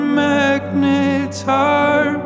magnetar